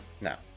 Now